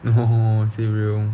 no say real